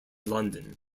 london